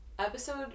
episode